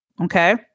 Okay